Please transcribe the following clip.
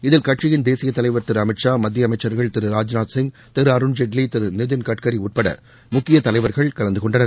இதில் கட்சியின் தேசிய தலைவர் திரு அமீத் ஷா மத்திய அமைச்சர்கள் திரு ராஜ்நாத் சிங் திரு அருண்ஜேட்வி திரு நிதின்கட்கரி உட்பட முக்கிய தலைவர்கள் கலந்துகொண்டனர்